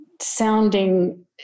sounding